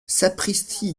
sapristi